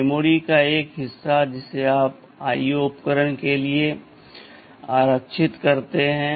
memory का एक हिस्सा है जिसे आप IO उपकरणों के लिए आरक्षित करते हैं